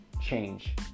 change